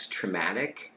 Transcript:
traumatic